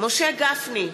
משה גפני,